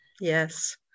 yes